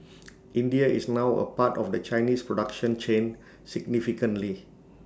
India is now A part of the Chinese production chain significantly